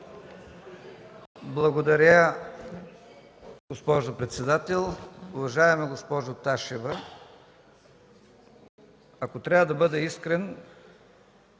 Благодаря, госпожо председател. Уважаема госпожо Ташева, ако трябва да бъда искрен,